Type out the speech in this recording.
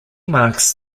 marks